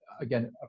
Again